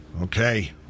Okay